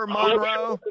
Monroe